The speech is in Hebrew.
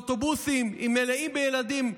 אוטובוסים מלאים בילדים,